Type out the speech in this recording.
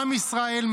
עם ישראל,